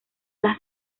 las